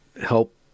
help